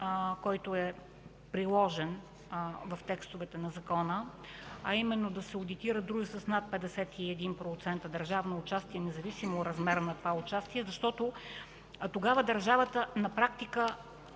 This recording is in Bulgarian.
който е приложен в текстовете на закона, а именно да се одитират дружества с над 51% държавно участие, независимо от размера на това участие, защото тогава държавата на практика